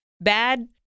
bad